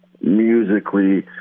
musically